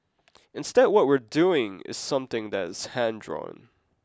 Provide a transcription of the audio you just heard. instead what we are doing is something that is hand drawn